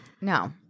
No